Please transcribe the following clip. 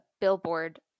billboard